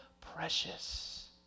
precious